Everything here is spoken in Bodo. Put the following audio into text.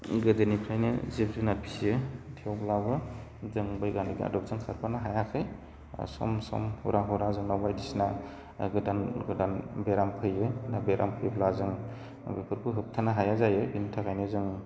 गोदोनिफ्रायनो जिब जुनार फिसियो थेवब्लाबो जों बैग्यानिक आदबजों खारफानो हायाखै सम सम पुरा हराव जों बायदिसिना गोदान गोदान बेराम फैयो बेराम फैब्ला जों बेफोरखौ होबथानो हाया जायो बेनि थाखायनो जों